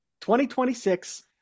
2026